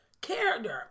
Character